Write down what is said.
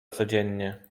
codziennie